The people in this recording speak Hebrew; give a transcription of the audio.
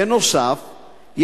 בנוסף,